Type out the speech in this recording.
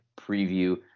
preview